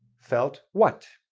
felt what?